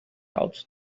out